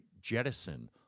jettison